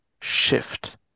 shift